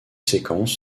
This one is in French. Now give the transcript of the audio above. séquences